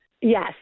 Yes